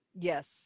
Yes